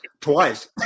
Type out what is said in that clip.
Twice